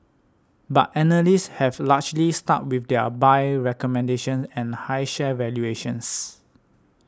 but analysts have largely stuck with their buy recommendations and high share valuations